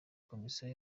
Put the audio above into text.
komisiyo